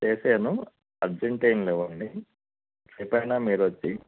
వేసాను అర్జెంటు ఏం లేవండి రేపయినా మీరొచ్చి